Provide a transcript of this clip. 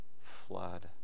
flood